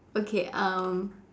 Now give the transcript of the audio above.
okay um